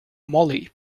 molly